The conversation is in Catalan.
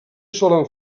solen